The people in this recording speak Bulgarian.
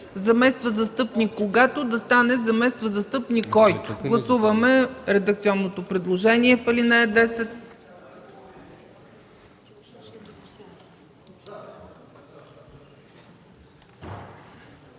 „замества застъпник, когато” да стане „замества застъпник, който”. Гласуваме редакционното предложение